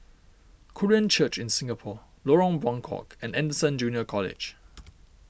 Korean Church in Singapore Lorong Buangkok and Anderson Junior College